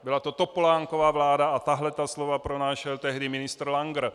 Byla to Topolánkova vláda a tahle ta slova přinášel tehdy ministr Langer.